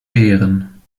wehren